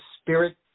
spirit